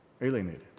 alienated